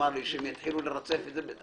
הם יתחילו לרצף?